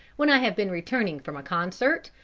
when i have been returning from a concert,